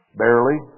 barely